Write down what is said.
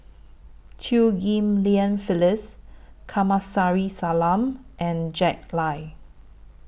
Chew Ghim Lian Phyllis Kamsari Salam and Jack Lai